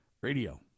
radio